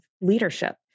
leadership